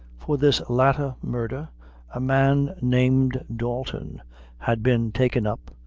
for this latter murder a man named dalton had been taken up,